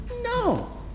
no